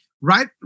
right